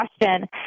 question